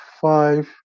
five